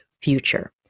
future